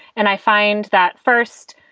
and i find that first,